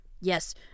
Yes